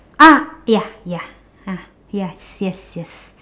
ah ya ya ah yes yes yes